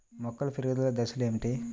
మొక్కల పెరుగుదల దశలు ఏమిటి?